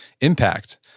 impact